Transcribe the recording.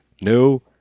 no